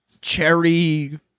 cherry